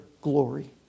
glory